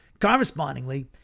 Correspondingly